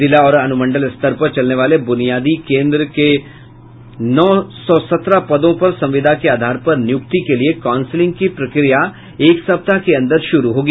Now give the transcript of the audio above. जिला और अनुमंडल स्तर पर चलने वाले बुनियाद केंद्रों के नौ सौ सत्रह पदों पर संविदा के आधार पर नियुक्ति के लिये काउंसिलिंग की प्रक्रिया एक सप्ताह के अंदर शुरू होगी